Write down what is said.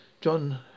John